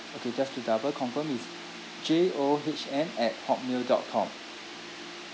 okay just to double confirm is J O H N at hot mail dot com